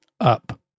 Up